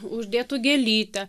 uždėtų gėlytę